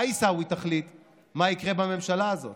אתה, עיסאווי, תחליט מה יקרה בממשלה הזאת,